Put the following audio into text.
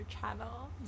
channel